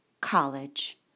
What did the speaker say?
College